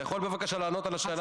אתה יכול בבקשה לענות על השאלה הזאת?